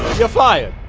you're fired.